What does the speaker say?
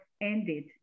ended